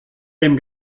dem